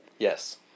Yes